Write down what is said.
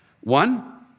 One